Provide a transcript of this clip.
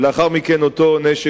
ולאחר מכן אותו נשק,